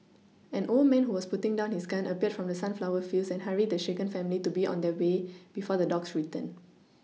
an old man who was putting down his gun appeared from the sunflower fields and hurried the shaken family to be on their way before the dogs return